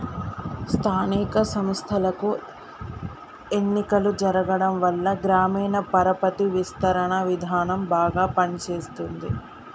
స్థానిక సంస్థలకు ఎన్నికలు జరగటంవల్ల గ్రామీణ పరపతి విస్తరణ విధానం బాగా పని చేస్తుంది